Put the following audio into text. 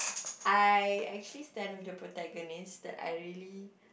I actually stand with the protagonist that I really